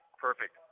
perfect